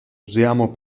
usiamo